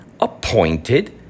appointed